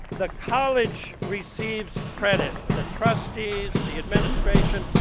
the college receives credit. the trustees, the administration,